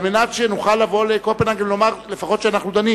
על מנת שנוכל לבוא לקופנהגן ולומר לפחות שאנחנו דנים.